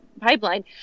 pipeline